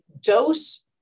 dose